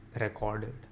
recorded